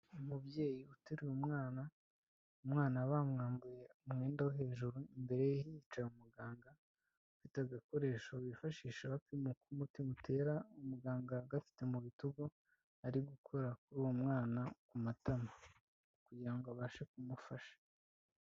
Umubyeyi uteruye umwana. Umwana bamwambuye umwenda wo hejuru. Imbere ye hicaye umuganga afite agakoresho bifashisha bapima uko umutima utera. Umuganga agafite mu bitugu. Ari gukora kuri uwo mwana ku matama, kugira ngo abashe kumufasha.